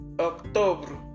October